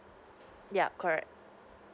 yup correct